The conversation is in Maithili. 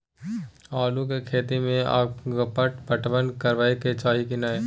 आलू के खेती में अगपाट पटवन करबैक चाही की नय?